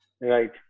right